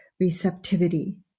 receptivity